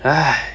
!hais!